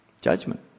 judgment